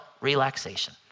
relaxation